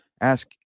ask